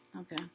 Okay